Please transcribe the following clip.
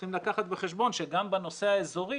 צריכים לקחת בחשבון שגם בנושא האזורי